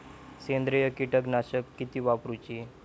सेंद्रिय कीटकनाशका किती वापरूची?